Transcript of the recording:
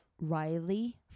Riley